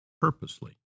purposely